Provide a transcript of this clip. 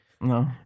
No